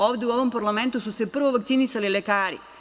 Ovde u ovom parlamentu su se prvo vakcinisali lekari.